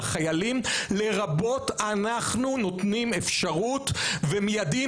לרבות אנחנו נותנים אפשרות ומיידעים